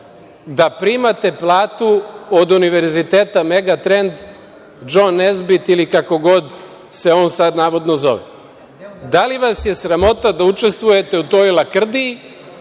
da primate platu od Univerziteta „Megatrend“, „Džon Nezbit“ ili kako god se on sad navodno zove? Da li vas je sramota da učestvujete u toj lakrdiji